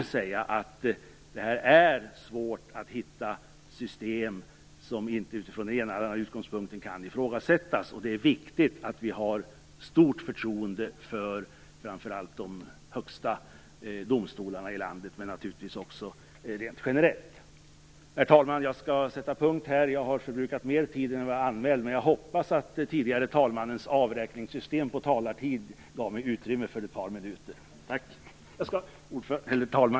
Det är svårt att hitta system som inte kan ifrågasättas utifrån den ena eller andra utgångspunkten. Det är viktigt att vi har stort förtroende för framför allt de högsta domstolarna i landet men naturligtvis också rent generellt. Herr talman! Jag skall sätta punkt här. Jag har förbrukat mer tid än jag var anmäld för, men jag hoppas att den tidigare talmannens avräkningssystem för talartid gav mig utrymme för ett par minuter.